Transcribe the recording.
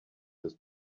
this